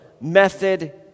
method